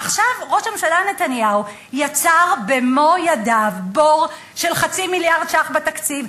עכשיו ראש הממשלה נתניהו יצר במו ידיו בור של חצי מיליארד ש"ח בתקציב,